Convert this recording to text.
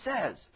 says